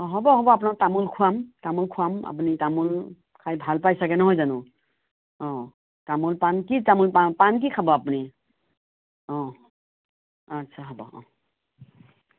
অ' হ'ব হ'ব আপোনাক তামোল খোৱাম তামোল খোৱাম আপুনি তামোল খাই ভাল পায় ছাগে নহয় জানো অ' তামোল পাণ কি তামোল পাণ পাণ কি খাব আপুনি অ' আচ্ছা হ'ব অ'